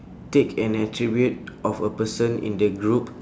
take an attribute of a person in the group